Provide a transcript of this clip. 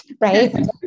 Right